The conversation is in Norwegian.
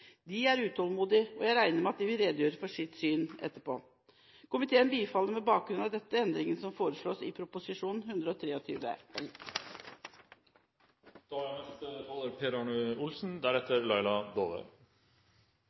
De er utålmodige, og jeg regner med at de vil redegjøre for sitt syn etterpå. Komiteen bifaller med bakgrunn i dette de endringene som foreslås i